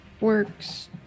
works